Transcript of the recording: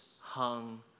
hung